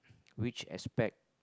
which aspect